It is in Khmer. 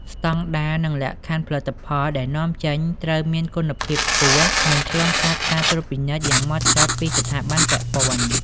ស្តង់ដារ និងលក្ខខណ្ឌ ផលិតផលដែលនាំចេញត្រូវមានគុណភាពខ្ពស់ និងឆ្លងកាត់ការត្រួតពិនិត្យយ៉ាងហ្មត់ចត់ពីស្ថាប័នពាក់ព័ន្ធ។